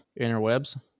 interwebs